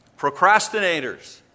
Procrastinators